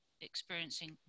experiencing